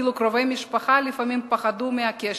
אפילו קרובי משפחה לפעמים פחדו מקשר,